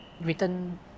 written